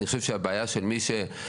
אני חושב שהבעיה של מי שמפתח,